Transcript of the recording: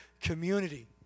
community